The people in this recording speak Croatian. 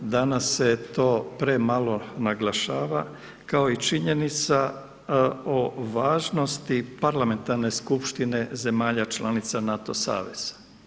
Danas se to premalo naglašava, kao i činjenica o važnosti parlamentarne skupštine zemalja članica NATO saveza.